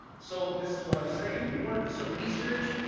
so this is why i'm saying you want to do some research,